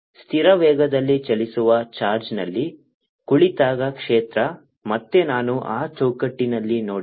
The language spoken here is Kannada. ಸ್ಥಿರ ವೇಗದಲ್ಲಿ ಚಲಿಸುವ ಚಾರ್ಜ್ನಲ್ಲಿ ಕುಳಿತಾಗ ಕ್ಷೇತ್ರ ಮತ್ತೆ ನಾನು ಆ ಚೌಕಟ್ಟಿನಲ್ಲಿ ನೋಡಿದೆ